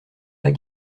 pas